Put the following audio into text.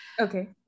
Okay